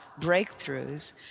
breakthroughs